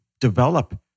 develop